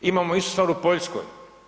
Imamo istu stvar u Poljskoj.